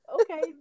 okay